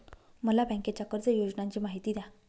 मला बँकेच्या कर्ज योजनांची माहिती द्या